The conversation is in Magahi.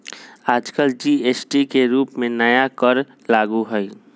आजकल जी.एस.टी के रूप में नया कर लागू हई